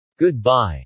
Goodbye